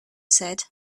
said